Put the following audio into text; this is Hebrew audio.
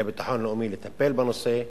לביטחון לאומי לטפל בנושא,